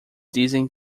dizem